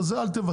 אז אל תוותרו.